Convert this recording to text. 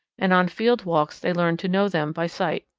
and on field walks they learned to know them by sight.